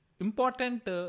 important